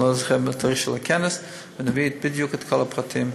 אני לא זוכר מתי הכנס, נביא בדיוק את כל הפרטים.